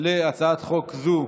להצעת חוק זו